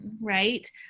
right